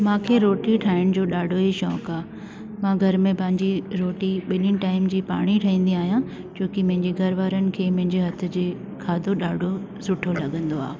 मूंखे रोटी ठाहिण जो ॾाढो ई शौक़ु आहे मां घर में पंहिंजी रोटी ॿिनी टाइम जी पाणे ई ठाहींदी आहियां छोकी मुंहिंजे घर वारनि खे मुंहिंजे हथ जी खाधो ॾाढो सुठो लॻंदो आहे